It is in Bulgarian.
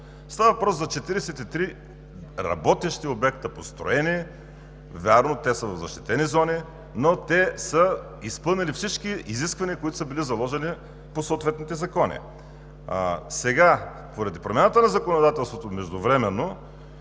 Става въпрос за 43 работещи обекта, построени. Вярно, те са в защитени зони, но те са изпълнили всички изисквания, които са били заложени по съответните закони. Сега поради промяната на законодателството междувременно